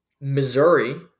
Missouri